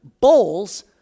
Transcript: bowls